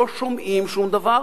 לא שומעים שום דבר,